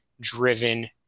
driven